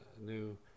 new